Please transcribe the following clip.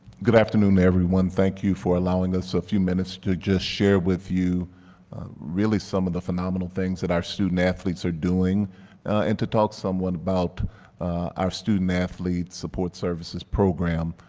good afternoon, everyone. thank you for allowing us a few minutes to just share with you really some of the phenomenal things that are student athletes are doing and to talk somewhat about our student athlete support services program.